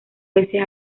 veces